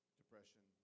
depression